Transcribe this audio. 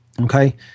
Okay